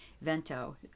Vento